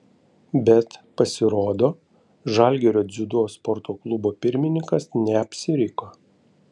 bet pasirodo žalgirio dziudo sporto klubo pirmininkas neapsiriko